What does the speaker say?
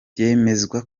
byemezwa